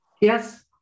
Yes